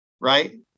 right